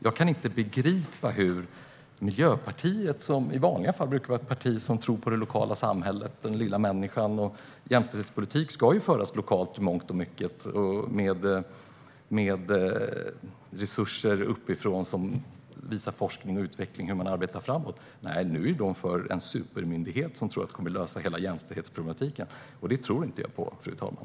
Jag kan inte begripa hur Miljöpartiet tänker. I vanliga fall brukar detta vara ett parti som tror på det lokala samhället och den lilla människan. Jämställdhetspolitik ska i mångt och mycket föras lokalt med resurser uppifrån som visar forskning och utveckling hur man arbetar framåt. Men nu är Miljöpartiet för en supermyndighet som man tror kommer att lösa hela jämställdhetspolitiken. Det tror inte jag på, fru talman.